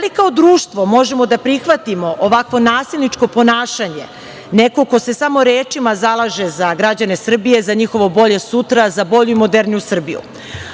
li kao društvo možemo da prihvatimo ovakvo nasilničko ponašanje, neko ko se samo rečima zalaže za građane Srbije, za njihovo bolje sutra, za bolju moderniju Srbiju?